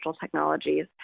technologies